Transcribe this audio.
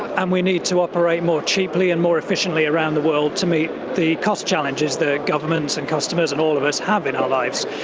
and we need to operate more cheaply and more efficiently around the world to meet the cost challenges that governments and customers and all of us have in our lives.